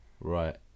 Right